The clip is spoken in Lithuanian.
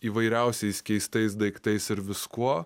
įvairiausiais keistais daiktais ir viskuo